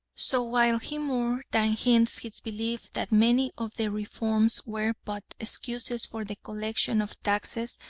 so while he more than hints his belief that many of the reforms were but excuses for the collection of taxes,